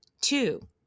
Two